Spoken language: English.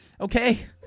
Okay